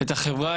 את החברה,